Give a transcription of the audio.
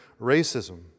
racism